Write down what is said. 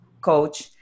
coach